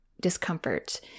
discomfort